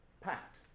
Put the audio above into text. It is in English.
Packed